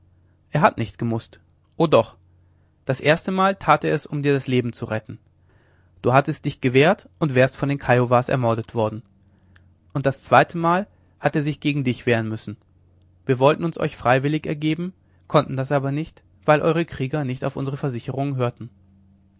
er hat nicht gemußt o doch das erstemal tat er es um dir das leben zu retten du hattest dich gewehrt und wärst von den kiowas ermordet worden und das zweitemal hat er sich gegen dich wehren müssen wir wollten uns euch freiwillig ergeben konnten das aber nicht weil eure krieger nicht auf unsere versicherungen hörten